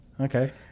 Okay